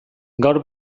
gaur